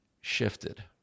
shifted